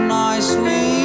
nicely